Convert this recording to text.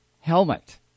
helmet